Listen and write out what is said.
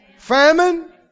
Famine